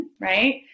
right